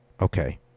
Okay